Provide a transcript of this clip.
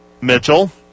Mitchell